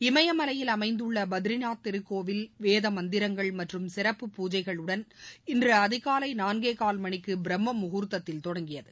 இமயமலையில் அமைந்துள்ள பத்ரிநாத் திருக்கோவில் வேதமந்திரங்கள் மற்றும் சிறப்பு பூஜைகளுடன் இன்று அதிகாலை நான்கே கால் மணிக்கு பிரம்மமுகூர்த்தத்தில் தொடங்கியது